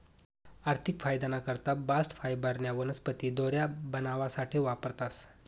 आर्थिक फायदाना करता बास्ट फायबरन्या वनस्पती दोऱ्या बनावासाठे वापरतास